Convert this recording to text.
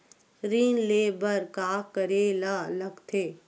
ऋण ले बर का करे ला लगथे?